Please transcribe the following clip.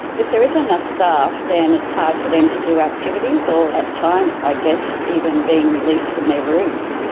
if there isn't enough staff then it's hard for them to do activities or at times i guess even being released from their rooms.